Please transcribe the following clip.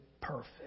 perfect